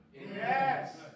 Yes